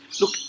look